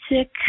sick